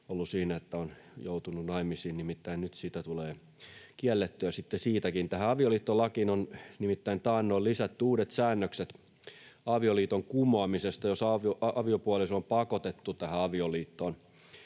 ollut siinä, että on joutunut naimisiin. Nimittäin nyt tulee kiellettyä sitten siitäkin. Tähän avioliittolakiin on nimittäin taannoin lisätty uudet säännökset avioliiton kumoamisesta, jos aviopuoliso on pakotettu tähän avioliittoon.